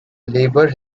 labour